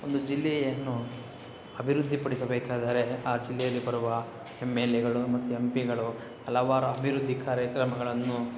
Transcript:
ಒಂದು ಜಿಲ್ಲೆಯನ್ನು ಅಭಿವೃದ್ಧಿ ಪಡಿಸಬೇಕಾದರೆ ಆ ಜಿಲ್ಲೆಯಲ್ಲಿ ಬರುವ ಎಮ್ ಎಲ್ ಎಗಳು ಮತ್ತು ಎಮ್ ಪಿಗಳು ಹಲವಾರು ಅಭಿವೃದ್ಧಿ ಕಾರ್ಯಕ್ರಮಗಳನ್ನು